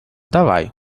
давай